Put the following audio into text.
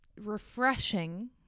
refreshing